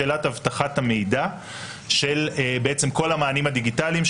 שאלת אבטחת המידע של כל המענים הדיגיטליים,